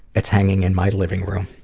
it's hanging in my living room.